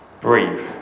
breathe